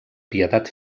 pietat